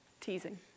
Teasing